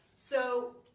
so,